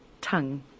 tongue